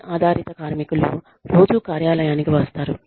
phone ఆధారిత కార్మికులు రోజూ కార్యాలయానికి వస్తారు